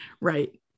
Right